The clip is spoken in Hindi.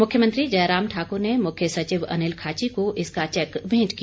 मुख्यमंत्री जयराम ठाकुर ने मुख्य सचिव अनिल खाची को इसका चैक भेंट किया